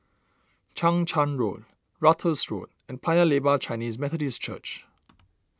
Chang Charn Road Ratus Road and Paya Lebar Chinese Methodist Church